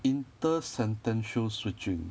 inter sentential switching